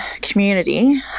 community